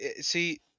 see